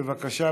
בבקשה,